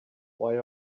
why